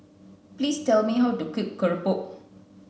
please tell me how to cook Keropok